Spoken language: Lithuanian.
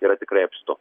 yra tikrai apstu